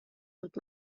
دود